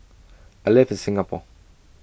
I live in Singapore